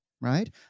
right